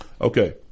Okay